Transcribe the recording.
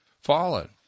fallen